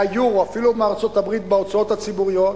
מהיורו, אפילו מארצות-הברית, בהוצאות הציבוריות,